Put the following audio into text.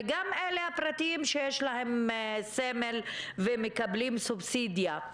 וגם הפרטיים שיש להם סמל ומקבלים סובסידיה.